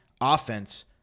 offense